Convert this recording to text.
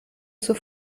zur